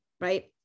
right